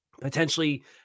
potentially